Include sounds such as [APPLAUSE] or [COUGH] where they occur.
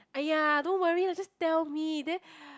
!aiya! don't worry lah just tell me then [BREATH]